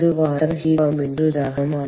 ഇത് water heat പമ്പിന്റെ ഒരു ഉദാഹരണമാണ്